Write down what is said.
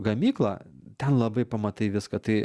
gamyklą ten labai pamatai viską tai